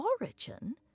Origin